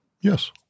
Yes